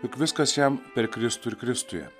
juk viskas jam per kristų ir kristuje